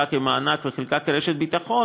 חלקה כמענק וחלקה כרשת ביטחון,